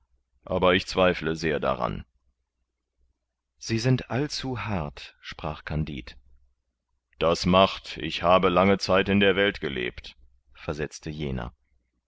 aber ich zweifle sehr daran sie sind allzu hart sprach kandid das macht ich habe lange zeit in der welt gelebt versetzte jener